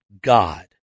God